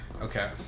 Okay